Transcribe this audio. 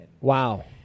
Wow